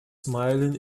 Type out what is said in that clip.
smiling